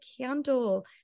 candle